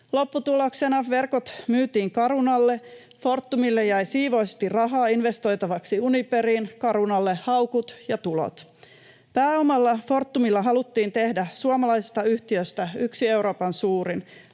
Lopputuloksena verkot myytiin Carunalle. Fortumille jäi sievoisesti rahaa investoitavaksi Uniperiin, Carunalle haukut ja tulot. Pääomalla Fortumilla haluttiin tehdä suomalaisesta yhtiöstä yksi Euroopan suurimmista,